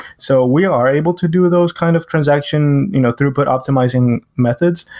so we are able to do those kind of transaction you know throughput optimizing methods.